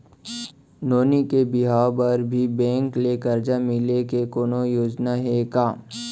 नोनी के बिहाव बर भी बैंक ले करजा मिले के कोनो योजना हे का?